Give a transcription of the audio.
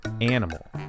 animal